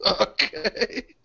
Okay